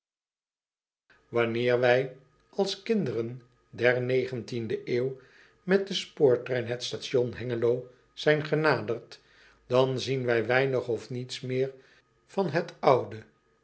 anneer wij als kinderen der de eeuw met den spoortrein het station engelo zijn genaderd dan zien wij weinig of niets meer van het oude